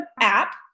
app